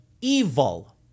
evil